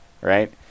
right